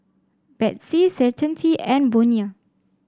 Betsy Certainty and Bonia